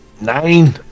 Nine